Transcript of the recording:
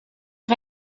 est